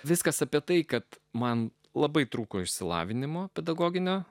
viskas apie tai kad man labai trūko išsilavinimo pedagoginio